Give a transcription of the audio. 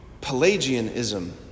Pelagianism